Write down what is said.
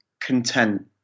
content